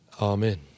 Amen